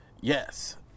yes